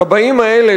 הכבאים האלה,